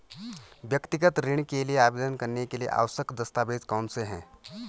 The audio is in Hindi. व्यक्तिगत ऋण के लिए आवेदन करने के लिए आवश्यक दस्तावेज़ कौनसे हैं?